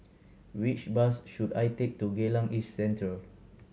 which bus should I take to Geylang East Central